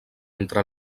entre